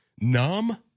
numb